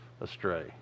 astray